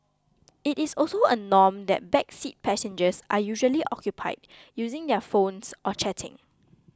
it is also a norm that back seat passengers are usually occupied using their phones or chatting